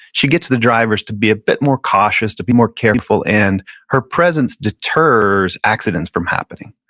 she gets the drivers to be a bit more cautious, to be more careful, and her presence deters accidents from happening.